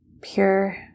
pure